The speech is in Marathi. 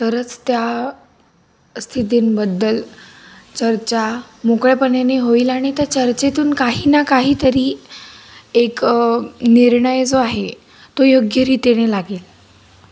तरच त्या स्थितींबद्दल चर्चा मोकळ्यापणाने होईल आणि त्या चर्चेतून काही ना काहीतरी एक निर्णय जो आहे तो योग्यरितीने लागेल